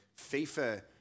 FIFA